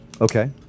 Okay